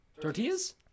Tortillas